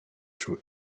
true